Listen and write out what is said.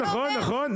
נכון,